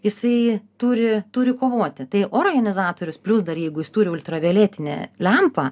jisai turi turi kovoti tai oro jonizatorius plius dar jeigu jis turi ultravioletinę lempą